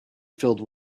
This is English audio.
filled